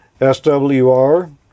SWR